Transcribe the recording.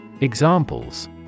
Examples